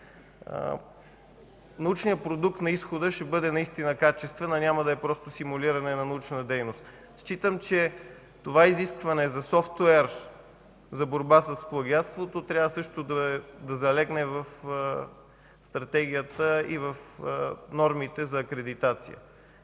научният продукт на изхода ще бъде наистина качествен, а няма да е просто симулиране на научна дейност. Считам, че това изискване за софтуер за борба с плагиатството трябва също да залегне в Стратегията и в нормите за акредитация